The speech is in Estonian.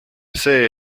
see